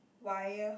wire